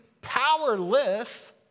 powerless